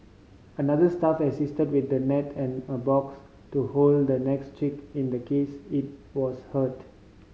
another staff assisted with a net and a box to hold the next chick in the case it was hurt